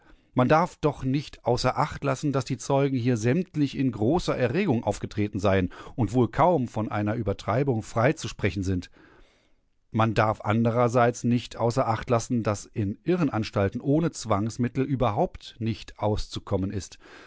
man darf doch nicht außer acht lassen daß die zeugen hier sämtlich in großer erregung aufgetreten seien und wohl kaum von einer übertreibung freizusprechen sind man darf andererseits nicht außer acht lassen daß in irrenanstalten ohne zwangsmittel überhaupt nicht auszukommen ist